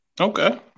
Okay